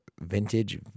vintage